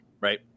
right